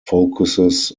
focuses